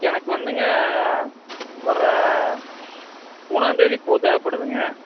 எனக்கு வந்துங்க வர்ற மூணாந்தேதி பூ தேவைப்படுதுங்க